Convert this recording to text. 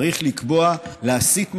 צריך לקבוע להסיט משאבים,